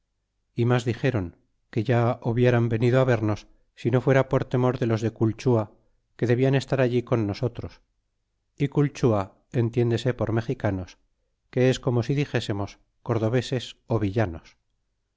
y mas dixéron que ya hobieran venido á vernos si no fuera por temor de los de culchua que debian estar allí con nosotros y culchua entiéndese por mexicanos que es como si dixésemos cordoveses ó villanos